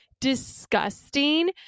disgusting